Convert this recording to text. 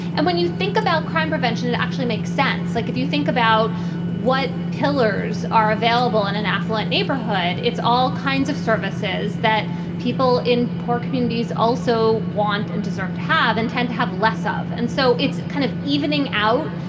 and when you think about crime prevention, it actually makes sense. like if you think about what pillars are available in an affluent neighborhood, it's all kinds of services that people in poor communities also want and deserve to have and tend to have less. and so it's kind of evening out,